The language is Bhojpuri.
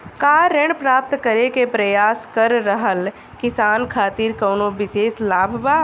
का ऋण प्राप्त करे के प्रयास कर रहल किसान खातिर कउनो विशेष लाभ बा?